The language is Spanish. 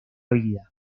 vida